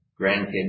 grandkids